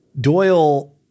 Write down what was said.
Doyle